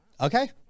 Okay